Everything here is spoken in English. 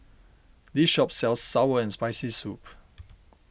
this shop sells Sour and Spicy Soup